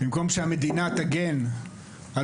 במקום שהמדינה תגן על